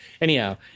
anyhow